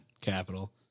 capital